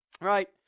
Right